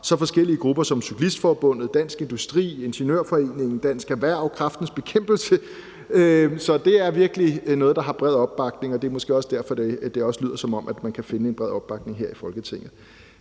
så forskellige grupper som Cyklistforbundet, Dansk Industri, Ingeniørforeningen, Dansk Erhverv og Kræftens Bekæmpelse. Så det er virkelig noget, der har bred opbakning, og det er måske også derfor, det også lyder, som om man kan finde en bred opbakning her i Folketinget.